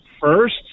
first